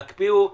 תקפיאו,